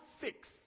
fix